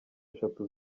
eshatu